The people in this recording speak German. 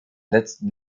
letzten